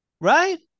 Right